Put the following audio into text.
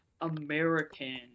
American